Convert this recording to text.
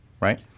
right